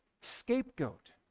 scapegoat